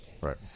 Right